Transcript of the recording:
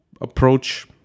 approach